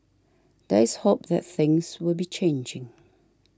there is hope that things will be changing